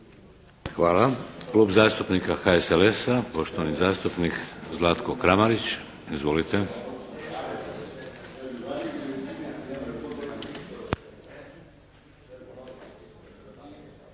Hvala. Klub zastupnika HSLS-a, poštovani zastupnik Zlatko Kramarić. Izvolite.